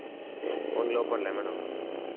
only లోపలనా madam